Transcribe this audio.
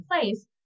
place